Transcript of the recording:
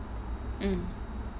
mm